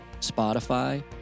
Spotify